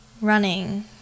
running